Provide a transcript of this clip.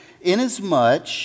inasmuch